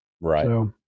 Right